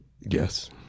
Yes